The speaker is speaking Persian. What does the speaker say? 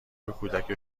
کودک